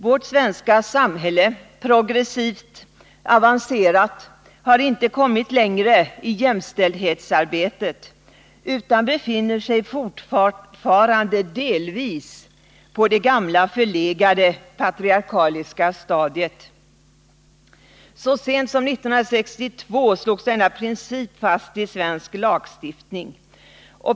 Vårt svenska samhälle — progressivt och avancerat — har inte kommit längre i jämställdhetsarbetet, utan befinner sig fortfarande delvis på det gamla och förlegade patriarkaliska stadiet. Så sent som 1962 slogs denna princip fast i svensk lagstiftning.